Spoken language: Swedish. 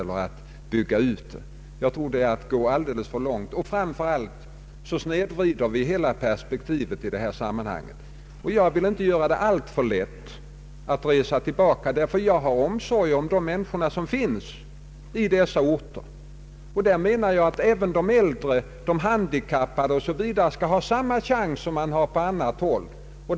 Det skulle vara att gå alldeles för långt, och framför allt skulle vi då snedvrida hela perspektivet. Jag vill inte heller tänka bara på dem som vill resa tillbaka, ty jag har omsorg om människorna som finns i Norrland. även de äldre, de handikappade m.fl. skall ha samma chans som på andra håll.